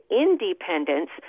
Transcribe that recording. independence